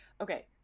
okay